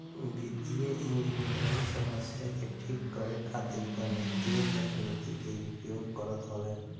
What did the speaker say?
वित्तीय इंजनियरिंग समस्या के ठीक करे खातिर गणितीय तकनीकी के उपयोग करत हवे